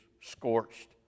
scorched